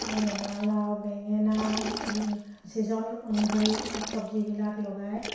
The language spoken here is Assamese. ৰঙালাও বেঙেনা ছিজন অনুসৰি চব্জিবিলাক লগাই